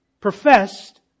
professed